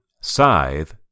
Scythe